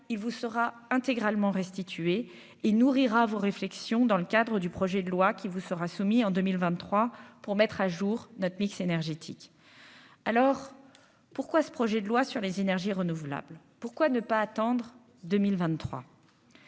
il vous sera intégralement restituée et nourrira vos réflexions dans le cadre du projet de loi qui vous sera soumis en 2023 pour mettre à jour notre mix énergétique alors pourquoi ce projet de loi sur les énergies renouvelables, pourquoi ne pas attendre 2023.